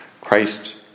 Christ